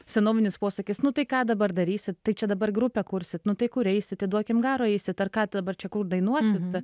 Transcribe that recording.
senovinis posakis nu tai ką dabar darysit tai čia dabar grupę kursit nu tai kur eisit į duokim garo eisit ar ką dabar čia kur dainuoti